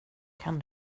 kan